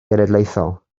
genedlaethol